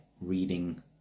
reading